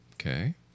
okay